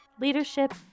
leadership